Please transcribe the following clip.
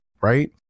right